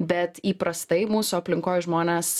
bet įprastai mūsų aplinkoj žmonės